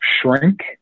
Shrink